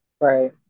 right